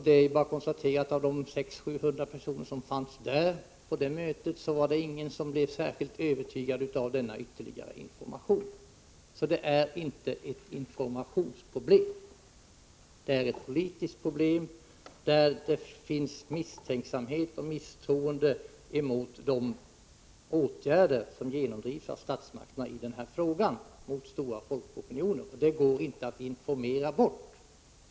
Det är bara att konstatera att ingen av de 600-700 personer som fanns på detta möte blev särskilt övertygad av denna ytterligare information. Det är inte ett informationsproblem. Det är ett politiskt problem; det finns misstänksamhet och misstroende mot de åtgärder som trots stora folkopinioner genomdrivs av statsmakterna i den här frågan. Detta går inte att informera bort.